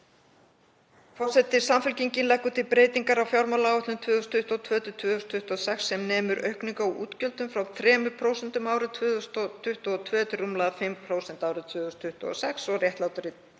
Forseti. Samfylkingin leggur til breytingar á fjármálaáætlun 2022–2026 sem nemur aukningu á útgjöldum frá 3,1% árið 2022 til 5,5% árið 2026 og réttlátri